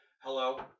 hello